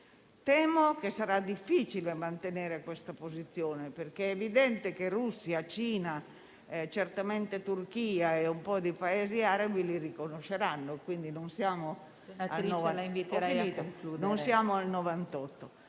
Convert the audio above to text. Temo che sarà difficile mantenere questa posizione, perché è evidente che Russia, Cina, certamente Turchia e altri Paesi arabi li riconosceranno. Non siamo quindi